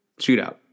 Shootout